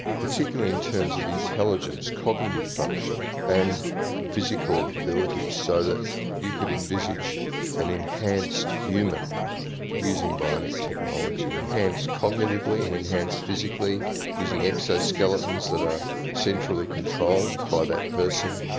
particularly in terms of intelligence, cognitive function, and physical abilities. so you could envisage an enhanced human using bionic technology, enhanced cognitively and enhanced physically using exoskeletons that are centrally controlled by that person.